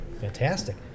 Fantastic